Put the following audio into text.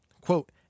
quote